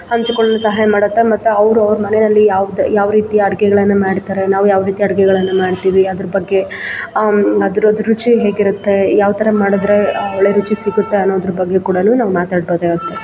ಹಂಚಿಕೊಳ್ಳಲು ಸಹಾಯ ಮಾಡುತ್ತೆ ಮತ್ತು ಅವರು ಅವ್ರ ಮನೆಯಲ್ಲಿ ಯಾವ್ದು ಯಾವ ರೀತಿ ಅಡುಗೆಗಳನ್ನ ಮಾಡ್ತಾರೆ ನಾವು ಯಾವ ರೀತಿ ಅಡುಗೆಗಳನ್ನ ಮಾಡ್ತೀವಿ ಅದ್ರ ಬಗ್ಗೆ ಅದ್ರ ಅದ್ರ ರುಚಿ ಹೇಗಿರುತ್ತೆ ಯಾವ ಥರ ಮಾಡಿದ್ರೇ ಒಳ್ಳೆಯ ರುಚಿ ಸಿಗುತ್ತೆ ಅನ್ನೋದ್ರ ಬಗ್ಗೆ ಕೂಡನೂ ನಾವು ಮಾತಾಡ್ಬೋದಾಗುತ್ತೆ